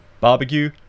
Barbecue